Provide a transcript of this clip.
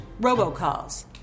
robocalls